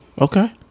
Okay